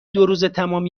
دوروزتمام